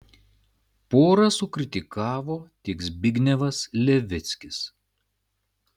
porą sukritikavo tik zbignevas levickis